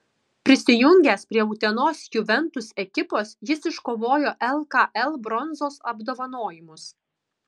prisijungęs prie utenos juventus ekipos jis iškovojo lkl bronzos apdovanojimus